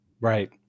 Right